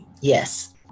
yes